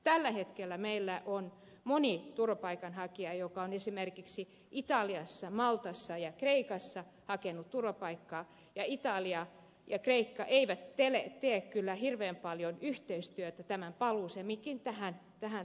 tällä hetkellä meillä on moni turvapaikanhakija joka on esimerkiksi italiasta maltalta ja kreikasta hakenut turvapaikkaa ja italia ja kreikka eivät tee kyllä hirveän paljon yhteistyötä tämän suhteen mikä tähän liittyy